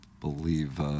believe